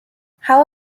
how